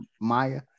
Maya